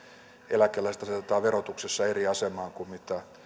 eläkeläiset asetetaan verotuksessa eri asemaan kuin